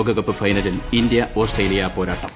ലോകകപ്പ് ഫൈനലിൽ India Australia പോരാട്ടം